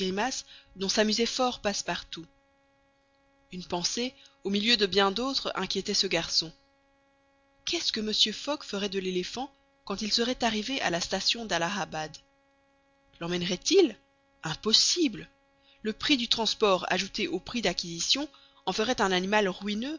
dont s'amusait fort passepartout une pensée au milieu de bien d'autres inquiétait ce garçon qu'est-ce que mr fogg ferait de l'éléphant quand il serait arrivé à la station d'allahabad lemmènerait il impossible le prix du transport ajouté au prix d'acquisition en ferait un animal ruineux